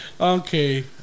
okay